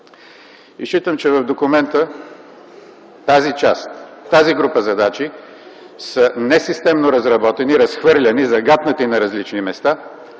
И считам, че в документа тази част, тази група задачи са несистемно разработени, разхвърлени, загатнати на различни места,